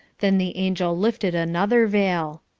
then the angel lifted another veil.